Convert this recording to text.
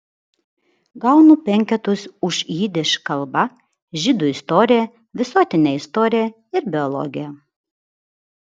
gaunu penketus už jidiš kalbą žydų istoriją visuotinę istoriją ir biologiją